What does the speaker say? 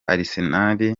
arsenal